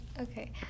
okay